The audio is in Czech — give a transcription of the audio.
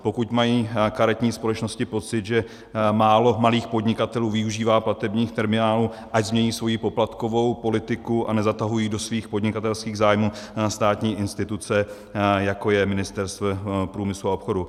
Pokud mají karetní společnosti pocit, že málo malých podnikatelů využívá platebních terminálů, ať změní svoji poplatkovou politiku a nezatahují do svých podnikatelských zájmů státní instituce, jako je Ministerstvo průmyslu a obchodu.